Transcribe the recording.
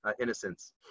innocence